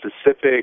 specific